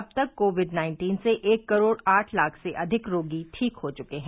अब तक COVID nineteen से एक करोड आठ लाख से अधिक रोगी ठीक हो चुके हैं